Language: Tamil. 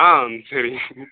ஆ சரி